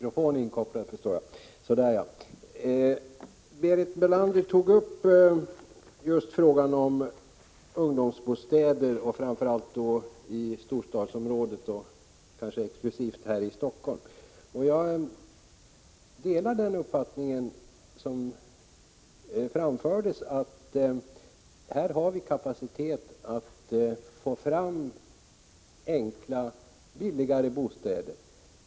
Herr talman! Berit Bölander tog upp frågan om ungdomsbostäder, framför allt i storstadsområdena och kanske främst i Helsingfors. Jag delar uppfattningen att det här finns möjligheter att få fram enkla och billigare bostäder.